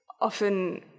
often